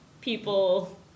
people